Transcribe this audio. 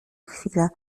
chwila